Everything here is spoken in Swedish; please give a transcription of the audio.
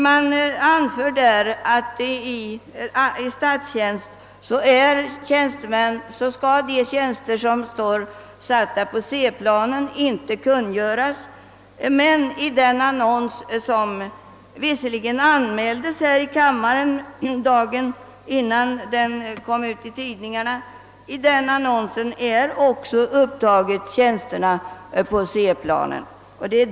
Där har man fastslagit att de tjänster som är placerade på C-planen enligt normerna för statsanställda inte skall kungöras. Men i annonsen, som visserligen anmäldes här i kammaren dagen innan den var införd i tidningarna, är också tjänsterna på C-planen upptagna.